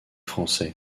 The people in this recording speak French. français